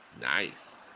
Nice